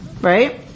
Right